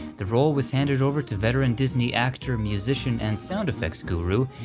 the role was handed over to veteran disney actor, musician, and sound-effects guru,